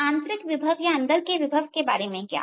आंतरिक विभव के बारे में क्या